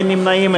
אין נמנעים,